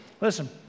listen